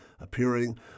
appearing